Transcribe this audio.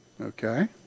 Okay